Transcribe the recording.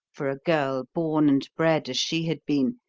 for a girl born and bred as she had been,